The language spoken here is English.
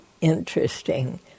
interesting